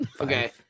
Okay